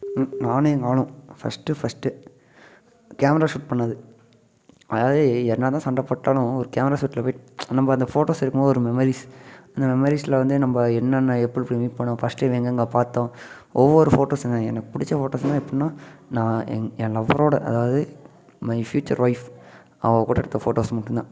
நானும் எங்கள் ஆளும் ஃபர்ஸ்ட்டு ஃபர்ஸ்ட்டு கேமரா ஷூட் பண்ணது அதாவது என்ன தான் சண்டை போட்டாலும் ஒரு கேமரா ஷூட்ல போய்ட்டு நம்ம அந்த ஃபோட்டோஸ் எடுக்கும் போது ஒரு மெமரிஸ் அந்த மெமரிஸ்ல வந்து நம்ம என்னென்ன எப்படி எப்படி மீட் பண்ணோம் ஃபர்ஸ்ட் டைம் எங்கெங்க பார்த்தோம் ஒவ்வொரு ஃபோட்டோசுங்க எனக்கு பிடிச்ச ஃபோட்டோஸ்லாம் எப்புடினா நான் எங் என் லவ்வரோட அதாவது மை பியூச்சர் ஒயிவ் அவள் கூட எடுத்த ஃபோட்டோஸ் மட்டுந்தான்